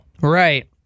Right